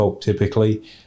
typically